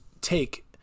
take